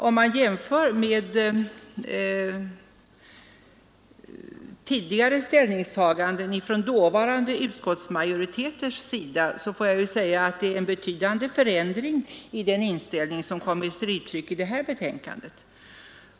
Om man jämför med tidigare ställningstaganden av dåvarande utskottsmajoriteten är det ändå en betydande förändring i den inställning som kommit till uttryck i det här betänkandet.